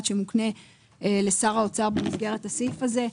שמוקנה לשר האוצר במסגרת הסעיף הזה,